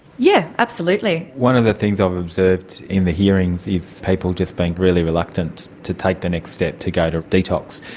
yeah absolutely. one of the things i've observed in the hearings is people just being really reluctant to take the next step, to go to detox.